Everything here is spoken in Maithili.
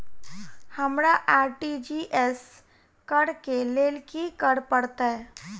हमरा आर.टी.जी.एस करऽ केँ लेल की करऽ पड़तै?